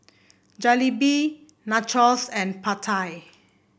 Jalebi Nachos and Pad Thai